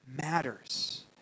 matters